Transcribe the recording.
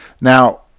Now